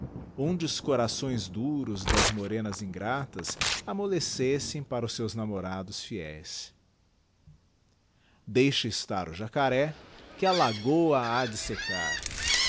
onde os corações duros das morenas ingratas amollecessem para seus namorados fieis digiti zedby google deixa estar o jacaré que a lagoa ha